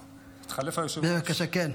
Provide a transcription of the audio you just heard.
כן.